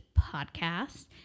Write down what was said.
Podcast